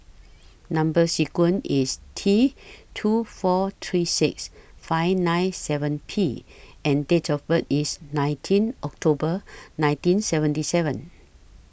Number sequence IS T two four three six five nine seven P and Date of birth IS nineteen October nineteen seventy seven